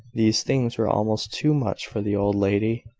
these things were almost too much for the old lady.